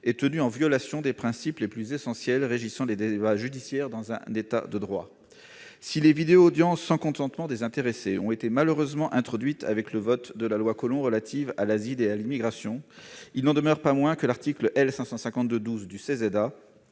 et « tenues en violation des principes les plus essentiels régissant les débats judiciaires dans un État de droit ». Si les vidéoaudiences, sans consentement des intéressés, ont été malheureusement introduites avec le vote de la loi Collomb relative à l'asile et à l'immigration, il n'en demeure pas moins que l'article L. 552-12 du